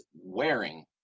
wearing